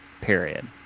Period